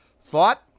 Thought